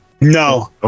No